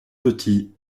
petit